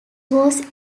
was